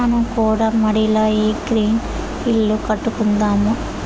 మనం కూడా మడిల ఈ గ్రీన్ ఇల్లు కట్టుకుందాము